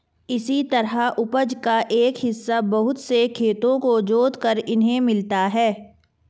इसी तरह उपज का एक हिस्सा बहुत से खेतों को जोतकर इन्हें मिलता है